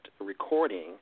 recording